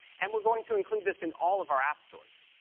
and we're going to include this in all of our app stores.